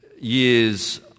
years